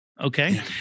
Okay